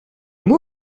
moi